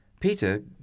Peter